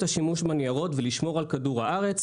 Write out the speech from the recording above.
השימוש בניירות ולשמור על כדור הארץ.